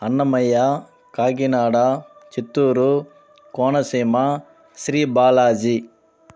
Annamayya Kakinada Chittoor Konaseema Sri Balaji